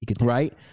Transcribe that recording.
right